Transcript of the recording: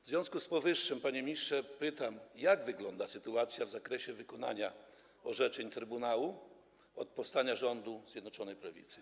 W związku z powyższym, panie ministrze, pytam: Jak wygląda sytuacja w zakresie wykonania orzeczeń Trybunału od momentu powstania rządu Zjednoczonej Prawicy?